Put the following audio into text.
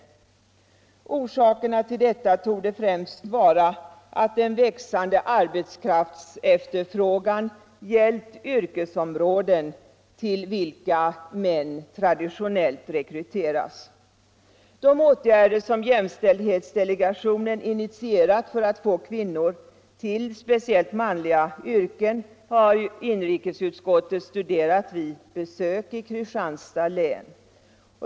Orsaken till detta torde främst vara att den växande arbetskraftsefterfrågan har gällt yrkesområden till vilka män traditionellt rekryteras. De åtgärder som jämställdhetsdelegationen har initierat för att få kvinnor till speciellt manliga yrken har inrikesutskottet studerat vid besök i Kristianstads län.